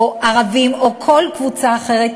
ערבים או כל קבוצה אחרת,